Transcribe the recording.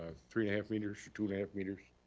three and a half meters, two two and a half meters